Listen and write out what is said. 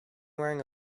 wearing